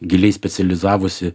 giliai specializavosi